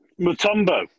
Mutombo